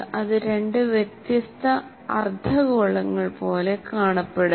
അത് രണ്ട് വ്യത്യസ്ത അർദ്ധഗോളങ്ങൾ പോലെ കാണപ്പെടുന്നു